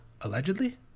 allegedly